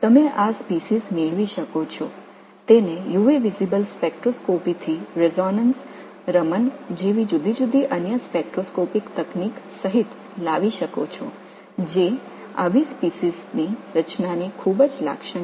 இந்த இனங்களை நீங்கள் புறஊதா ஸ்பெக்ட்ரோஸ்கோபி வேறுபட்ட ஸ்பெக்ட்ரோஸ்கோபிக் நுட்பம் ஒத்ததிர்வு ராமன் உட்பட இது போன்ற தொழில்நுட்பத்தில் அறிந்து கொள்ளலாம்